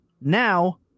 Now